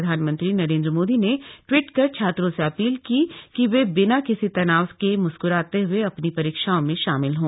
प्रधानमंत्री नरेन्द्र मोदी ने ट्वीट कर छात्रों से अपील की कि वे बिना किसी तनाव के मुस्क्राते हए अपनी परीक्षाओं में शामिल हों